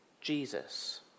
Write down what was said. Jesus